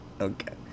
Okay